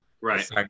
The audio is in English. right